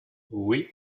oui